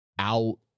out